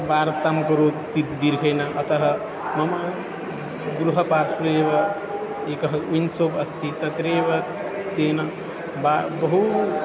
वार्तं करोति दीर्घेन अतः मम गृहपार्श्वे एव एकः विन् सोप् अस्ति तत्रैव तेन वा बहु